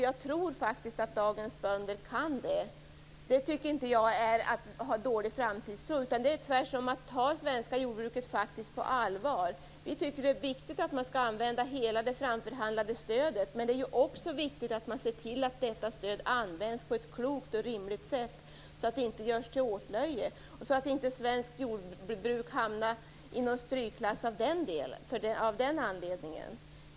Jag tycker inte att detta är att ha dålig framtidstro utan tvärtom att ta det svenska jordbruket på allvar. Det är viktigt att använda hela det framförhandlade stödet, men det är också viktigt att detta stöd används på ett klokt och rimligt sätt, så att vi inte blir till åtlöje. Svenskt jordbruk skall inte hamna i strykklass av den anledningen.